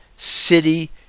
city